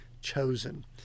chosen